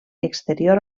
exterior